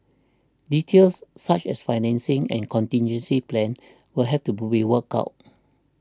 details such as financing and contingency plans will have to be worked out